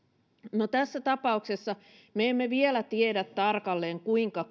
no tässä tapauksessa me emme vielä tiedä tarkalleen kuinka